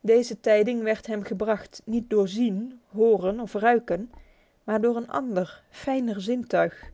deze tijding werd hem gebracht niet door zien horen of ruiken maar door een ander fijner zintuig